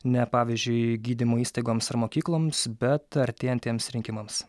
ne pavyzdžiui gydymo įstaigoms ar mokykloms bet artėjantiems rinkimams